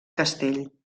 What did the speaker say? castell